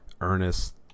Ernest